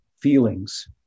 feelings